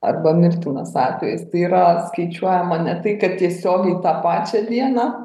arba mirtinas atvejis tai yra skaičiuojama ne tai kad tiesiogiai tą pačią dieną